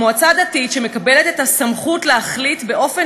מועצה דתית שמקבלת את הסמכות להחליט באופן